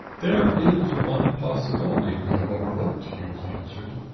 there is one possibility we have overlooked, hughes answered.